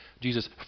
Jesus